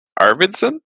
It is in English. Arvidsson